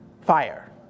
fire